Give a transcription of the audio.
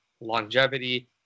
longevity